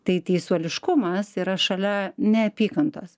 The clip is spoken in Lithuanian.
tai teisuoliškumas yra šalia neapykantos